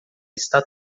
está